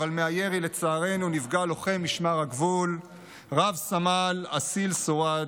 אבל מהירי לצערנו נפגע לוחם משמר הגבול רב-סמל אסיל סואעד,